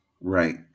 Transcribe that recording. right